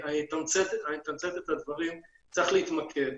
אני אתמצת את הדברים, צריך להתמקד,